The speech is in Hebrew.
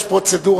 יש פרוצדורה.